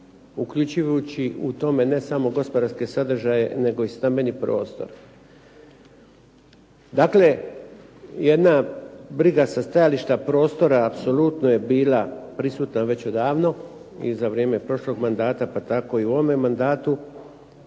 uključujući u tome ne samo gospodarske sadržaje nego i stambeni prostor. Dakle, jedna briga sa stajališta prostora apsolutno je bila prisutna već odavno i za vrijeme prošlog mandata pa tako i u ovome mandatu